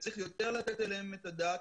וצריך יותר לתת עליהם את הדעת.